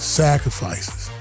sacrifices